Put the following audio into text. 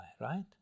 right